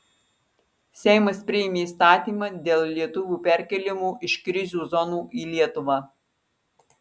seimas priėmė įstatymą dėl lietuvių perkėlimo iš krizių zonų į lietuvą